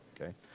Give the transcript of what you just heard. Okay